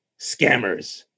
scammers